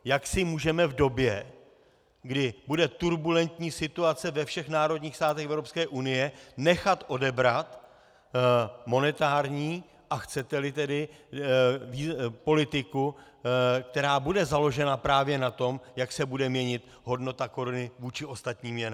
Jak si můžeme v době, kdy bude turbulentní situace ve všech národních státech Evropské unie, nechat odebrat monetární, a chceteli tedy, politiku, která bude založena právě na tom, jak se bude měnit hodnota koruny vůči ostatním měnám?